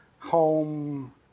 Home